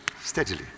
steadily